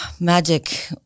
magic